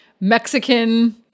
Mexican